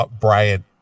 bryant